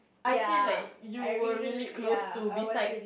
I feel like you were really close to besides